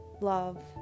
love